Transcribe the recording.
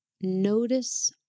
notice